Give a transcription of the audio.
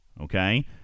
okay